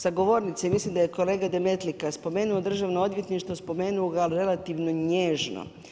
Sa govornice mislim da je kolega Demetlika spomenuo Državno odvjetništvo, spomenuo ga ali relativno nježno.